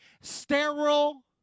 sterile